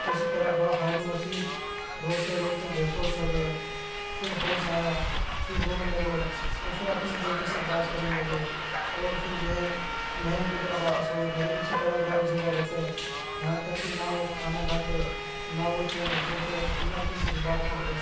کسی طرح با ہارون رشید روتے روتے بےہوش ہو گئے پھر ہوش آیا پھر رونے لگے اور پھر اپنے بیٹے سے بات کرنے لگے اور پھر جو ہے محل کی طرف واپس لوٹ گئے اسی طرح غمزدہ رہتے یہاں تک کہ نہ وہ کھانا کھاتے نہ وہ چین سے سوتے نہ کسی سے بات کرتے